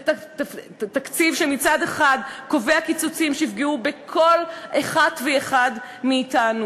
זה תקציב שמצד אחד קובע קיצוצים שיפגעו בכל אחת ואחד מאתנו,